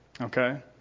okay